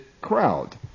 crowd